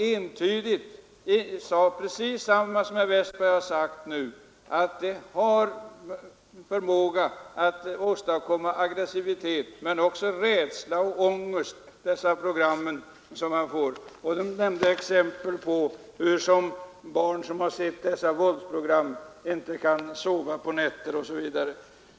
Entydigt sade de precis detsamma som herr Westberg, nämligen att dessa våldsprogram har en förmåga att åstadkomma aggressivitet men också rädsla och ångest. De nämnde exempel på hurusom barn som sett sådana program inte kan sova på nätterna osv.